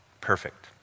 perfect